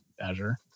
Azure